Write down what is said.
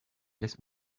laisse